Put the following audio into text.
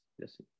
Yes